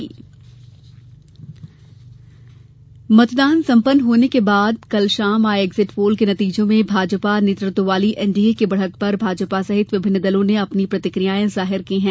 exit poll प्रतिक्रिया मतदान संपन्न होने के बाद कल शाम आए एग्जिट पोल के नतीजों में भाजपा नेतृत्व वाली एनडीए की बढ़त पर भाजपा सहित विभिन्न दलों ने अपनी प्रतिकिया जाहिर की है